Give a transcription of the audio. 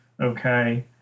Okay